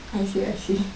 I see I see